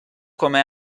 come